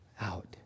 out